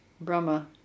Brahma